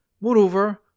Moreover